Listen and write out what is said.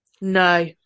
No